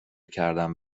کردم